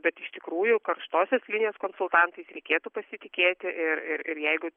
bet iš tikrųjų karštosios linijos konsultantais reikėtų pasitikėti ir ir ir jeigu